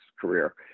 career